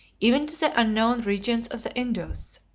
even to the unknown regions of the indus.